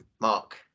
Mark